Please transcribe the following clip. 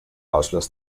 ausschluss